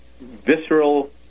visceral